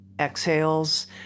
exhales